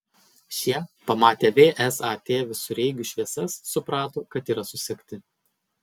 šie pamatę vsat visureigių šviesas suprato kad yra susekti